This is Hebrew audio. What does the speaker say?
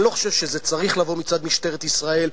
אני לא חושב שזה צריך לבוא מצד משטרת ישראל.